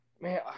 man